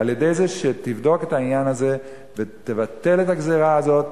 על-ידי זה שתבדוק את העניין הזה ותבטל את הגזירה הזאת,